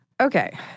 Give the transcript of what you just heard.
Okay